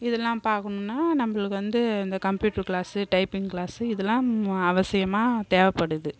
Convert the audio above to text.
இதெலாம் பார்க்கணுன்னா நம்மளுக்கு வந்து இந்த கம்பியூட்டர் க்ளாஸ் டைப்பிங் க்ளாஸ் இதெலாம் அவசியமாக தேவைப்படுது